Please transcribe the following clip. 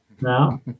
No